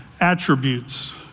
attributes